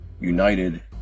United